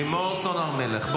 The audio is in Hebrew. לימור סון הר מלך,